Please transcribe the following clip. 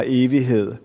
evighed